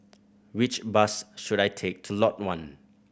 which bus should I take to Lot One